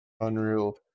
unreal